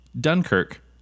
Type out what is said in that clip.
Dunkirk